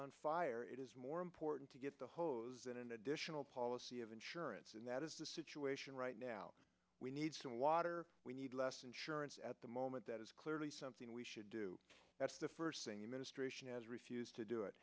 on fire it is more important to get the hose than an additional policy of insurance and that is the situation right now we need some water we need less insurance at the moment that is clearly something we should do that's the first thing the ministration has refused to do it